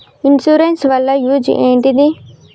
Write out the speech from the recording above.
Insurance వాళ్ల use ఏంటిది?